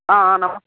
న